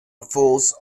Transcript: false